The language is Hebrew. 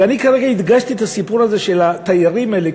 ואני הדגשתי כרגע את הסיפור הזה של התיירים האלה,